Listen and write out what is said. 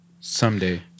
Someday